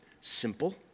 simple